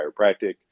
chiropractic